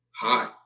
Hi